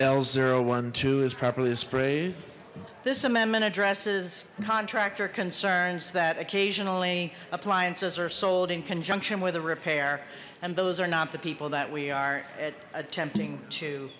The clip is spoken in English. l zero one two is properly asprey this amendment addresses contractor concerns that occasionally appliances are sold in conjunction with a repair and those are not the people that we are at attempting to